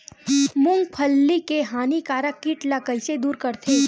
मूंगफली के हानिकारक कीट ला कइसे दूर करथे?